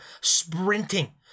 sprinting